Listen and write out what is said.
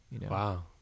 Wow